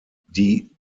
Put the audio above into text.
die